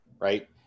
right